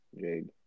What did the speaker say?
Jade